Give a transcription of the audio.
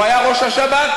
הוא היה ראש השב"כ,